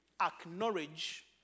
acknowledge